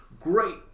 great